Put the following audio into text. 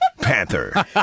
Panther